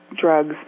drugs